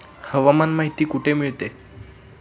हवामान माहिती कुठे मिळते?